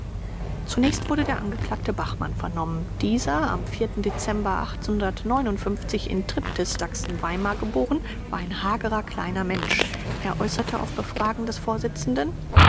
zunächst wurde der angeklagte bachmann vernommen dieser am dezember in triptis sachsen-weimar geboren war ein hagerer kleiner mensch er äußerte auf befragen des vorsitzenden